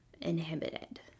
inhibited